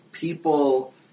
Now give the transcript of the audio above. people